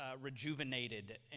rejuvenated